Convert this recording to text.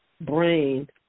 brain